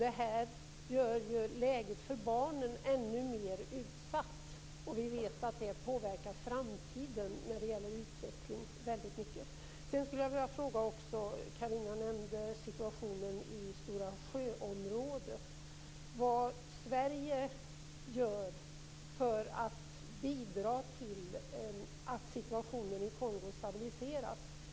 Detta gör läget för barnen ännu mer utsatt. Vi vet att det påverkar framtiden när det gäller utveckling väldigt mycket. Carina Hägg nämnde situationen i Stora sjöområdet. Vad gör Sverige för att bidra till att situationen i Kongo stabiliseras?